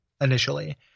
initially